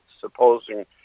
supposing